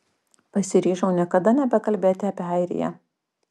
pasiryžau niekada nebekalbėti apie airiją